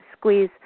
squeeze